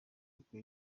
kuko